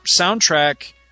soundtrack